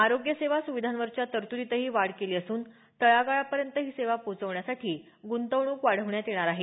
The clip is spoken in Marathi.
आरोग्य सेवा सुविधांवरच्या तरतुदीतही वाढ केली असून तळागाळापर्यंत ही सेवा पोचवण्यासाठी ग्रंतवणूक वाढवण्यात येणार आहे